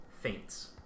faints